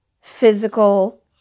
physical